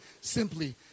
simply